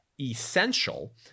essential